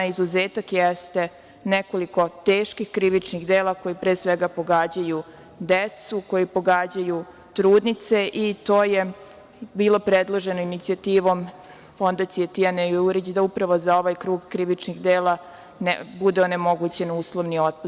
Izuzetak jeste nekoliko teških krivičnih dela koji, pre svega pogađaju decu, koji pogađaju trudnice i to je bilo predloženo inicijativom Fondacije "Tijane Jurić", da upravo za ovaj krug krivičnih dela bude onemogućen uslovni otpust.